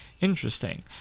Interesting